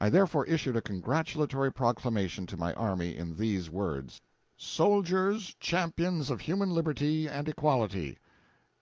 i therefore issued a congratulatory proclamation to my army in these words soldiers, champions of human liberty and equality